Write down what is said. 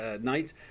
night